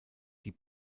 die